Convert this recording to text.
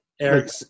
Eric